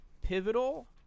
pivotal